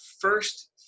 first